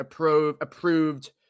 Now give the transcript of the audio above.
approved